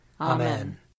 Amen